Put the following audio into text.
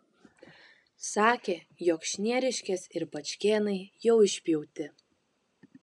sakė jog šnieriškės ir pačkėnai jau išpjauti